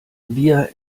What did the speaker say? wir